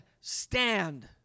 stand